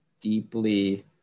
deeply